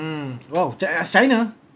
!wow! chi~ uh china